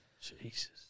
Jesus